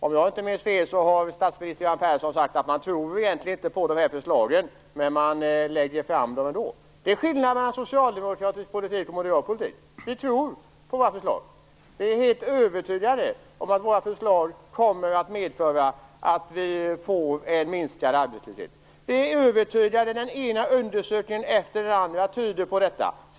Om jag inte minns fel har statsminister Göran Persson sagt att man egentligen inte tror på de här förslagen, men man lägger fram dem ändå. Det är skillnaden mellan socialdemokratisk politik och moderat politik. Vi tror på våra förslag. Vi är helt övertygade om att våra förslag kommer att medföra att vi får en minskad arbetslöshet. Den ena undersökningen efter den andra tyder på detta.